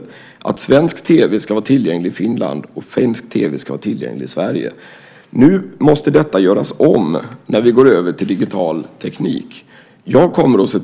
Det innebar att svensk tv ska vara tillgänglig i Finland och finsk tv ska vara tillgänglig i Sverige. Nu när vi går över till digital teknik måste detta göras om.